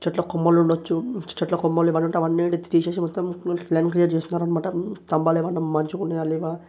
చెట్ల కొమ్మలు ఉండచ్చు చెట్ల కొమ్మలుకానుంటే అవన్నీ తీసేసి మొత్తం లైన్స్ క్లియర్ చేస్తారన్నమాట స్తంభాలేమైనా మంచిగున్నాయా లేవా